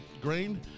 grain